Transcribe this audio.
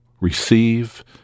receive